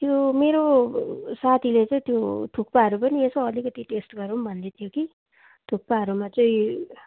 त्यो मेरो साथीले चाहिँ त्यो थुक्पाहरू पनि यसो अलिकति टेस्ट गरौँ भन्दै थियो कि थुक्पाहरूमा चाहिँ